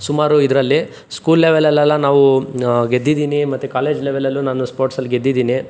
ಸುಮಾರು ಇದರಲ್ಲಿ ಸ್ಕೂಲ್ ಲೆವೆಲಲ್ಲೆಲ್ಲ ನಾವು ಗೆದ್ದಿದೀನಿ ಮತ್ತು ಕಾಲೇಜ್ ಲೆವೆಲಲ್ಲು ನಾನು ಸ್ಪೋರ್ಟ್ಸಲ್ಲಿ ಗೆದ್ದಿದೀನಿ